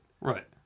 Right